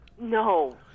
No